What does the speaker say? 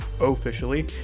officially